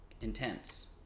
intense